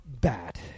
bad